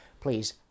please